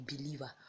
believer